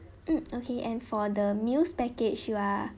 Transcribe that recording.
mm okay and for the meals package you are